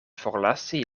forlasi